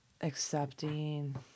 accepting